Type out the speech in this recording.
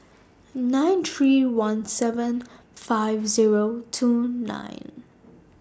nine three one seven five Zero two nine